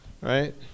right